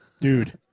dude